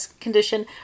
condition